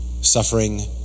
suffering